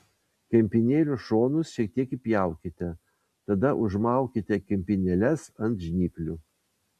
kempinėlių šonus šiek tiek įpjaukite tada užmaukite kempinėles ant žnyplių